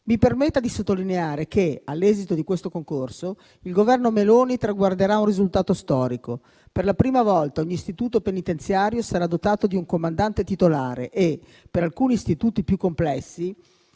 Mi permetta di sottolineare che, all'esito di questo concorso, il Governo Meloni traguarderà un risultato storico: per la prima volta un istituto penitenziario sarà dotato di un comandante titolare e, per alcuni istituti più complessi,